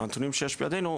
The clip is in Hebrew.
הנתונים שיש בידנו,